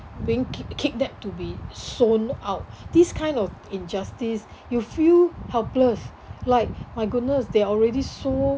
being kid~ kidnapped to be sold out this kind of injustice you feel helpless like my goodness they're already so